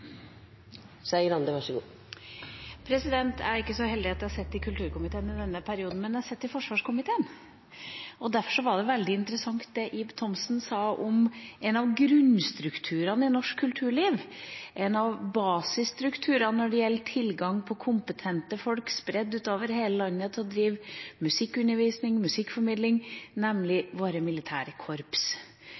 ikke så heldig at jeg sitter i kulturkomiteen i denne perioden, men jeg sitter i forsvarskomiteen. Derfor var det veldig interessant det Ib Thomsen sa om en av grunnstrukturene i norsk kulturliv, en av basisstrukturene når det gjelder tilgang på kompetente folk spredd utover hele landet til å drive musikkundervisning og musikkformidling, nemlig våre militære korps.